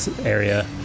area